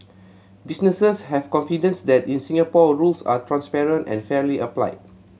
businesses have confidence that in Singapore rules are transparent and fairly applied